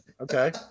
okay